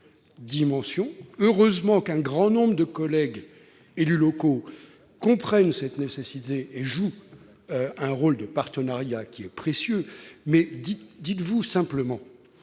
Heureusement qu'un grand nombre de collègues élus locaux comprennent cette nécessité et jouent un rôle de partenariat qui est précieux ! Mais dites-vous simplement